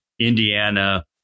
Indiana